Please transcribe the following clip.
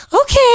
okay